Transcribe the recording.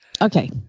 Okay